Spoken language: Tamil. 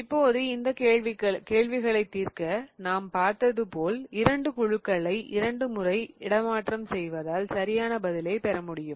இப்போது இந்த கேள்விகளை தீர்க்க நாம் பார்த்ததுபோல் இரண்டு குழுக்களை இரண்டு முறை இடமாற்றம் செய்வதால் சரியான பதிலை பெற முடியும்